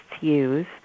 use